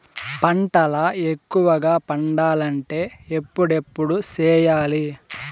పంటల ఎక్కువగా పండాలంటే ఎప్పుడెప్పుడు సేయాలి?